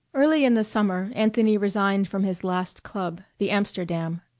early in the summer anthony resigned from his last club, the amsterdam.